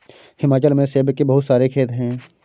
हिमाचल में सेब के बहुत सारे खेत हैं